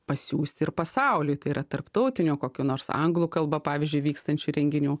pasiųsti ir pasauliui tai yra tarptautinio kokio nors anglų kalba pavyzdžiui vykstančių renginių